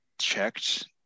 checked